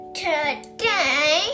today